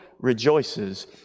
Rejoices